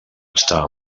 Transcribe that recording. està